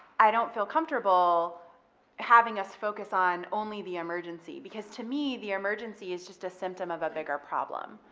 i don't feel comfortable having us focus on only the emergency, because to me, the emergency is just a symptom of a bigger problem,